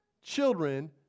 children